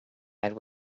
and